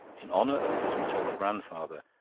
in honour of his maternal grandfather,